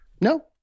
no